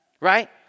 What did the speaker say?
Right